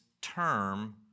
term